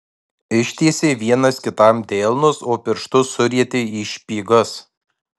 ištiesė vienas kitam delnus o pirštus surietė į špygas